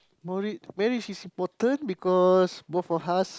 married marriage is important because both of us